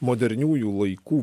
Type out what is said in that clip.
moderniųjų laikų